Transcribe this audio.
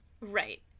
Right